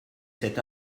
cet